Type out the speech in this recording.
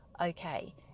okay